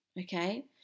Okay